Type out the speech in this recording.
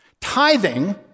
Tithing